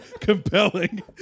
compelling